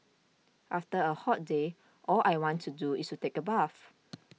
after a hot day all I want to do is take a bath